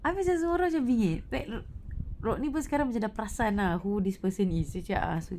habis semua orang bingit back rodney sekarang ni pun perasan lah who this person is dia cakap ask